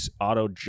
auto